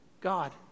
God